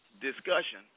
discussion